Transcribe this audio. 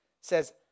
says